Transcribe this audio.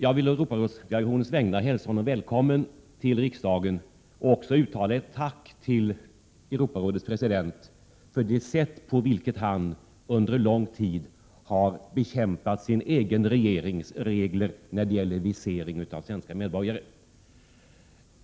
Jag vill å Europadelegationens vägnar hälsa honom välkommen till riksdagen och också uttala ett tack till Europarådets president för det sätt på vilket han under lång tid har bekämpat sin egen regerings regler om visering för svenska medborgare.